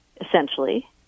essentially